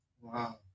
Wow